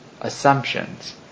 assumptions